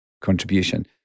contribution